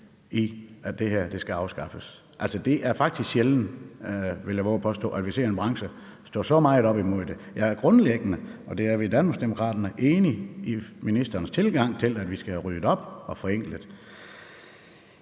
i, at det her skal afskaffes. Altså, det er faktisk sjældent, vil jeg vove at påstå, at vi ser en branche stå så meget op imod noget. Jeg er grundlæggende, og det er vi i Danmarksdemokraterne, enig i ministerens tilgang, nemlig at vi skal have ryddet op og forenklet.